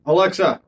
Alexa